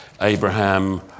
Abraham